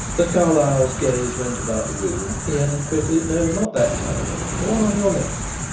as carlyle's gaze went about the room, he added quickly no, not that cabinet the one on your left.